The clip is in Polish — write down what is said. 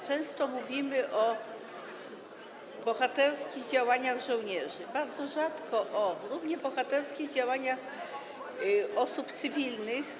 Często mówimy o bohaterskich działaniach żołnierzy, bardzo rzadko - o równie bohaterskich działaniach osób cywilnych.